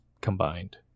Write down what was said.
combined